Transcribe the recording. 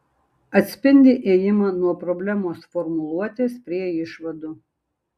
atspindi ėjimą nuo problemos formuluotės prie išvadų